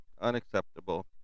Unacceptable